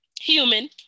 human